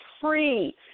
free